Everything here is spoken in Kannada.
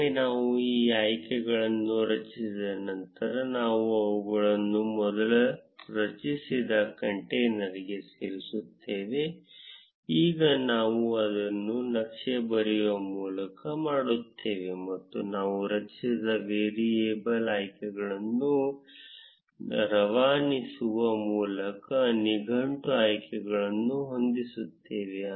ಒಮ್ಮೆ ನಾವು ಈ ಆಯ್ಕೆಗಳನ್ನು ರಚಿಸಿದ ನಂತರ ನಾವು ಅವುಗಳನ್ನು ಮೊದಲು ರಚಿಸಿದ ಕಂಟೇನರ್ಗೆ ಸೇರಿಸುತ್ತೇವೆ ಈಗ ನಾನು ಅದನ್ನು ನಕ್ಷೆ ಬರೆಯುವ ಮೂಲಕ ಮಾಡುತ್ತೇನೆ ಮತ್ತು ನಾವು ರಚಿಸಿದ ವೇರಿಯೇಬಲ್ ಆಯ್ಕೆಗಳನ್ನು ರವಾನಿಸುವ ಮೂಲಕ ನಿಘಂಟು ಆಯ್ಕೆಗಳನ್ನು ಹೊಂದಿಸುತ್ತೇನೆ